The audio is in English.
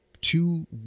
two